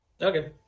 Okay